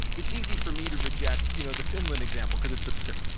it's easy for me to reject you know the finland example because it's absurd.